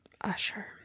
usher